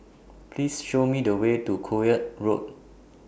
Please Show Me The Way to Koek Road